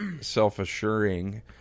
self-assuring